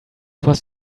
was